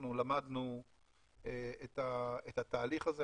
אנחנו למדנו את התהליך הזה.